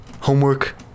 Homework